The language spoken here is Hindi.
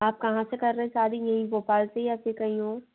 आप कहाँ से कर रहे हैं शादी यहीं भोपाल से या फिर कहीं और